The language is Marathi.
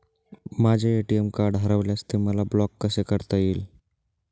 माझे ए.टी.एम कार्ड हरविल्यास ते मला ब्लॉक कसे करता येईल?